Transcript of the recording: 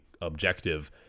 objective